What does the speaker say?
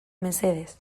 mesedez